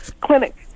clinic